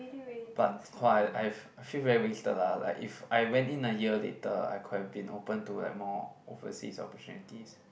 but !wah! I I feel very wasted lah like if I went in a year later I could have been open to like more overseas opportunities